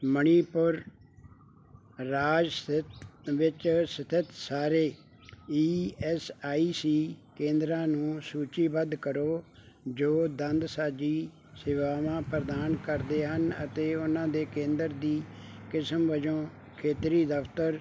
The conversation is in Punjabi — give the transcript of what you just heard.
ਮਣੀਪੁਰ ਰਾਜ ਸਥਿਤ ਵਿੱਚ ਸਥਿਤ ਸਾਰੇ ਈ ਐਸ ਆਈ ਸੀ ਕੇਂਦਰਾਂ ਨੂੰ ਸੂਚੀਬੱਧ ਕਰੋ ਜੋ ਦੰਦਸਾਜ਼ੀ ਸੇਵਾਵਾਂ ਪ੍ਰਦਾਨ ਕਰਦੇ ਹਨ ਅਤੇ ਉਹਨਾਂ ਦੇ ਕੇਂਦਰ ਦੀ ਕਿਸਮ ਵਜੋਂ ਖੇਤਰੀ ਦਫ਼ਤਰ